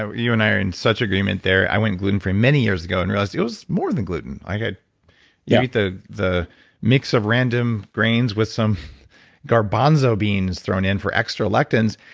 ah you and i are in such agreement there. i went gluten free many years ago and realized it was more than gluten. i had yeah the the mix of random grains with some garbanzo beans thrown in for extra lectins.